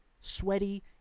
sweaty